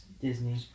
disney